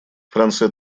франция